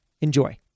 enjoy